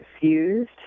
Confused